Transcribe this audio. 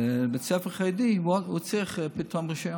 לבית ספר חרדי, הוא צריך פתאום רישיון.